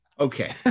Okay